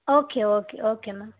okay okay okay ma'am